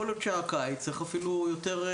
יכול להיות שהקיץ צריך לעודד את זה יותר.